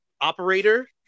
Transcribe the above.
operator